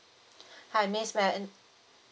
Hi miss may I um